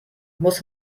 musst